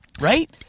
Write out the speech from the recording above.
right